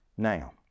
Now